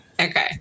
Okay